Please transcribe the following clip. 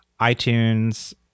iTunes